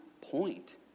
point